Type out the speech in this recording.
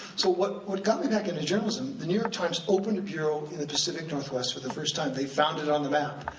so what got me back into journalism, the new york times opened a bureau in the pacific northwest for the first time, they found it on the map.